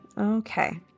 Okay